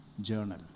journal